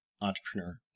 entrepreneur